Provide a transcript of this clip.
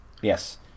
Yes